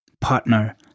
partner